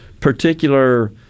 particular